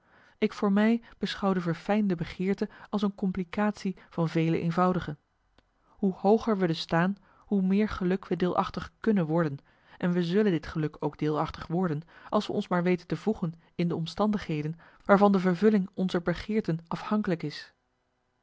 ik voor mij beschouw de verfijnde begeerte als een complicatie van vele eenvoudigen hoe hooger we dus staan hoe meer geluk we deelachtig kunnen worden en we zullen dit geluk ook deelachtig worden als we ons maar weten te voegen in de omstandigheden waarvan de vervulling onzer begeerten afhankelijk is